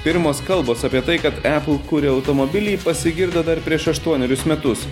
pirmos kalbos apie tai kad apple kuria automobilį pasigirdo dar prieš aštuonerius metus